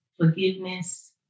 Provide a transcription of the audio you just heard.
forgiveness